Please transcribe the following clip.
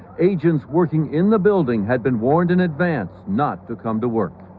agents working in the building had been warned in advance. not to come to work.